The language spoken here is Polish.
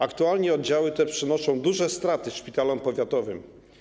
Aktualnie oddziały te przynoszą duże straty szpitalom powiatowym.